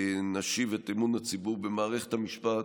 נשיב את אמון הציבור במערכת המשפט,